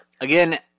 again